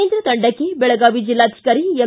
ಕೇಂದ್ರ ತಂಡಕ್ಕೆ ಬೆಳಗಾವಿ ಜಿಲ್ಲಾಧಿಕಾರಿ ಎಂ